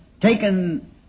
taken